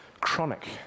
chronic